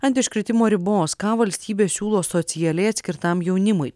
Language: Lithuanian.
ant iškritimo ribos ką valstybė siūlo socialiai atskirtam jaunimui